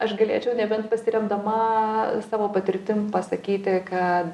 aš galėčiau nebent pasiremdama savo patirtim pasakyti kad